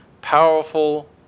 powerful